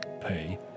pay